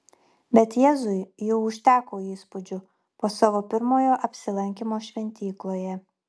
bet jėzui jau užteko įspūdžių po savo pirmojo apsilankymo šventykloje